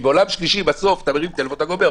במדינת עולם שלישי אתה מרים טלפון וגומר,